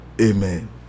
Amen